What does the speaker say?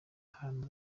tanu